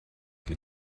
mit